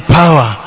power